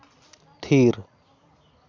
ᱛᱷᱤᱨ